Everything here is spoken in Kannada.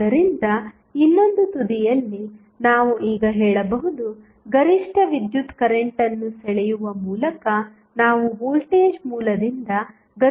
ಆದ್ದರಿಂದ ಇನ್ನೊಂದು ತುದಿಯಲ್ಲಿ ನಾವು ಈಗ ಹೇಳಬಹುದು ಗರಿಷ್ಠ ವಿದ್ಯುತ್ ಕರೆಂಟ್ ಅನ್ನು ಸೆಳೆಯುವ ಮೂಲಕ ನಾವು ವೋಲ್ಟೇಜ್ ಮೂಲದಿಂದ ಗರಿಷ್ಠ ಶಕ್ತಿಯನ್ನು ಸೆಳೆಯುತ್ತೇವೆ